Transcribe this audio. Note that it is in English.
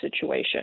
situation